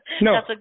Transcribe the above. no